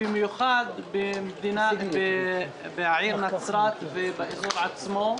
במיוחד בעיר נצרת ובאזור עצמו,